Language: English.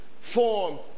form